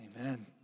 Amen